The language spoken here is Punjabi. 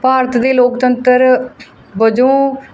ਭਾਰਤ ਦੇ ਲੋਕਤੰਤਰ ਵਜੋਂ